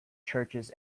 churches